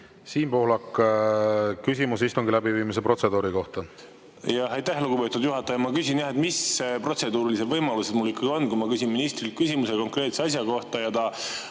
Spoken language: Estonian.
Siin Pohlak, küsimus istungi läbiviimise protseduuri kohta. Aitäh, lugupeetud juhataja! Ma küsin, mis protseduurilised võimalused mul ikkagi on, kui ma küsin ministrilt küsimuse konkreetse asja kohta ja ta